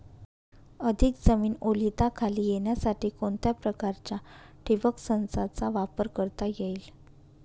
अधिक जमीन ओलिताखाली येण्यासाठी कोणत्या प्रकारच्या ठिबक संचाचा वापर करता येईल?